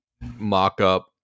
mock-up